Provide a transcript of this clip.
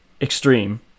extreme